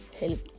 help